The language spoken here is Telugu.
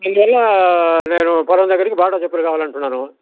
అందువల్ల నేను పొలం దగ్గరకి బాటా చెప్పులు కావాలి అంటున్నాను